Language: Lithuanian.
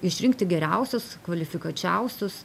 išrinkti geriausius kvalifikuočiausius